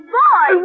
boy